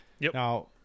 Now